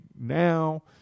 now